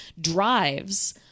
drives